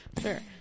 Sure